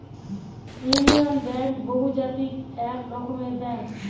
union bank বহুজাতিক এক রকমের ব্যাঙ্ক